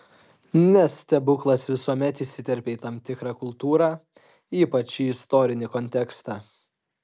nes stebuklas visuomet įsiterpia į tam tikrą kultūrą ypač į istorinį kontekstą